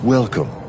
Welcome